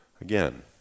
Again